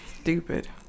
Stupid